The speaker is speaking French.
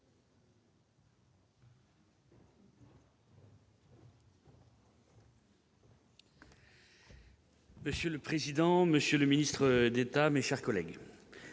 Monsieur le président, Monsieur le ministre d'État, mes chers collègues,